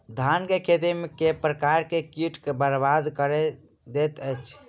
धान केँ खेती मे केँ प्रकार केँ कीट बरबाद कड़ी दैत अछि?